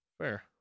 Fair